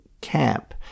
camp